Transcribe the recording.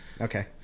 Okay